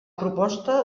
proposta